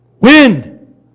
Wind